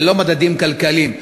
ולא מדדים כלכליים.